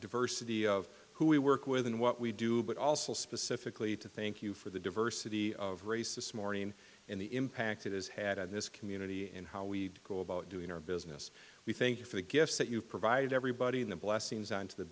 diversity of who we work with and what we do but also specifically to thank you for the diversity of race this morning in the impact it has had on this community and how we go about doing our business we thank you for the gifts that you provided everybody in the